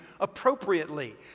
appropriately